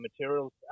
materials